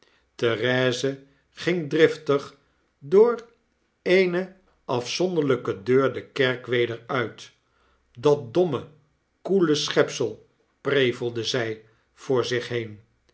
therese ging driftig door eene afzonderlyke deur de kcrk weder uit dat domme koele schepsel prevelde zy voor zich heen